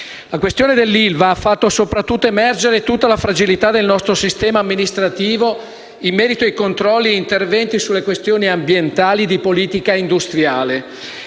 La questione dell'ILVA ha fatto soprattutto emergere tutta la fragilità del nostro sistema amministrativo in merito a controlli e interventi sulle questioni ambientali di politica industriale.